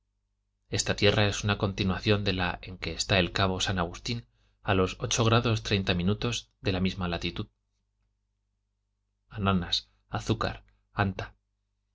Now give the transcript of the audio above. esta tierra es una continuación de la en que está el cabo san agustín a los ocho grados treinta minutos de la misma latitud ananas azúcar